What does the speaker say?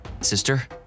sister